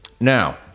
now